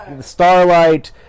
Starlight